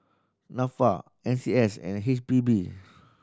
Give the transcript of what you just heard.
Nafa N C S and H P B